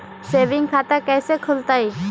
Saving खाता कैसे खुलतई?